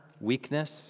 weakness